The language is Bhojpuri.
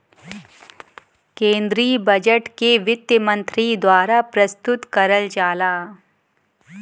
केन्द्रीय बजट के वित्त मन्त्री द्वारा प्रस्तुत करल जाला